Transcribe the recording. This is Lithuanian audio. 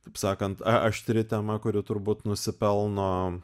taip sakant aštri tema kuri turbūt nusipelno